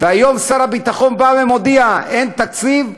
והיום שר הביטחון מודיע: אין תקציב,